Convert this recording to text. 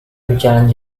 berjalan